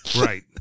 Right